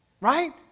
right